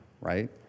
right